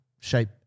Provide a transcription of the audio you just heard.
shape